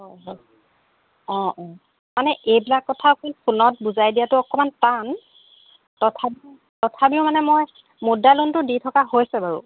অ' মানে এইবিলাক কথা অকণ ফোনত বুজাই দিয়াটো অকণমান টান তথাপি তথাপিও মানে মই মুদ্রা লোনটো দি থকা হৈছে বাৰু